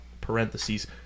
parentheses